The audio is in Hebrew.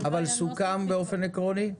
אבל סוכם באופן עקרוני?